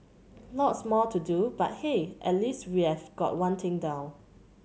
lots more to do but hey at least we've got one thing down